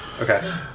Okay